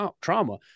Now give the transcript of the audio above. trauma